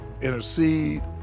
intercede